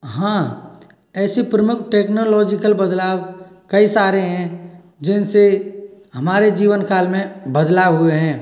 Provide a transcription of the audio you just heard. हाँ ऐसे प्रमुख टेक्नोलॉजीकल बदलाव कई सारे हैं जिनसे हमारे जीवन काल में बदलाव हुए हैं